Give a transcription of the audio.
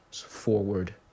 forward